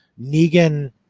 Negan